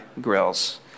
grills